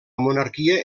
monarquia